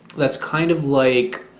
that's kind of like